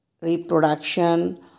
reproduction